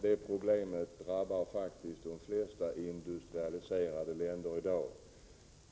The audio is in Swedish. Detta problem drabbar faktiskt de flesta industrialiserade länder i dag.